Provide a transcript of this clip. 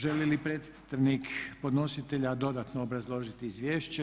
Želi li predstavnik podnositelja dodatno obrazložiti izvješće?